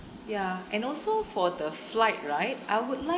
ya and also for the flight right I would like